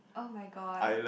oh my god